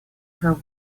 her